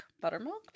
Buttermilk